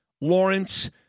Lawrence